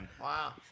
Wow